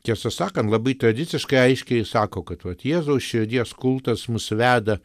tiesą sakant labai tradiciškai aiškiai sako kad vat jėzaus širdies kultas mus veda